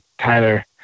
Tyler